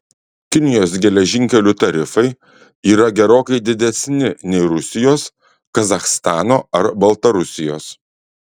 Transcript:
kinijos geležinkelių tarifai yra gerokai didesni nei rusijos kazachstano ar baltarusijos